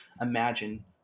imagine